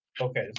Okay